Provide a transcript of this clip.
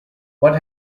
what